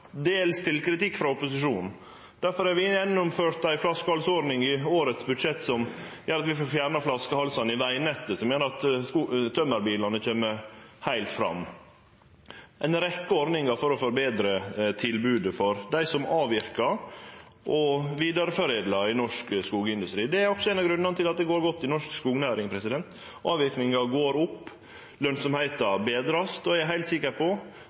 dels til kritikk frå opposisjonen. Difor har vi gjennomført ei flaskehalsordning i årets budsjett som gjer at vi får fjerna flaskehalsar i vegnettet, og som gjer at tømmerbilane kjem heilt fram. Vi har innført ei rekkje ordningar for å forbetre tilbodet for dei som avverkar og vidareforedlar i norsk skogindustri. Det er også ein av grunnane til at det går godt i norsk skognæring. Avverkinga går opp, lønsemda vert betre, og eg er heilt sikker på